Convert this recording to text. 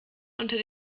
unter